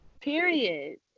Period